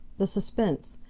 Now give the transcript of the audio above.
the suspense,